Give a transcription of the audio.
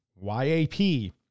Y-A-P